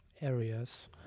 areas